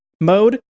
mode